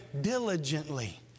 diligently